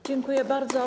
Dziękuję bardzo.